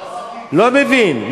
אני לא מבין.